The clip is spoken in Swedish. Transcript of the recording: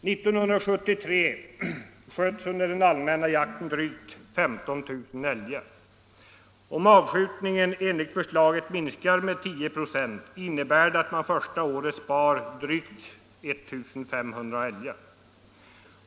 1973 sköts under den allmänna jakten drygt 15 000 älgar. Om avskjutningen enligt förslaget minskar med 10 96 innebär det att man första året spar drygt 1 500 älgar.